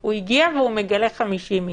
הוא הגיע והוא מגלה 50 איש.